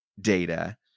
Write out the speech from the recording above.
data